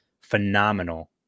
phenomenal